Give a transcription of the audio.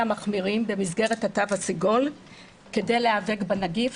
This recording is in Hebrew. מחמירים במסגרת התו הסגול כדי להיאבק בנגיף.